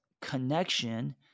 connection